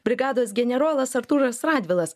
brigados generolas artūras radvilas